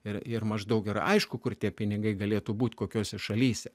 ir ir maždaug yra aišku kur tie pinigai galėtų būti kokiose šalyse